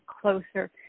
closer